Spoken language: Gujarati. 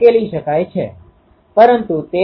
તેથી આ સાથે આ લેકચર હવે સમાપ્ત થાય છે